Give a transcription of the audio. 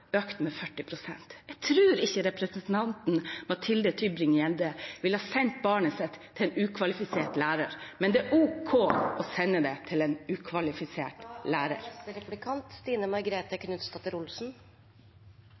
økt med 40 pst.? Jeg tror ikke representanten Mathilde Tybring-Gjedde ville sendt barnet sitt til en ukvalifisert lærer, men det er visst ok for andre å sende det til en ukvalifisert lærer.